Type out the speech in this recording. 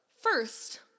first